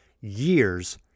years